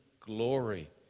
glory